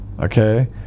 okay